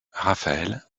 raphaëlle